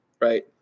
right